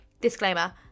disclaimer